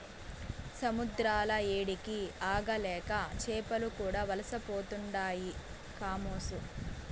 సముద్రాల ఏడికి ఆగలేక చేపలు కూడా వలసపోతుండాయి కామోసు